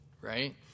right